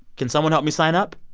can someone help me sign up?